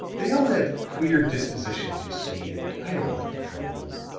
they all have queer dispositions, you see, and i don't like to trouble them.